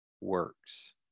works